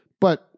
But-